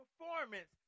performance